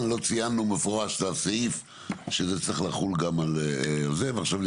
זה בסך הכול לא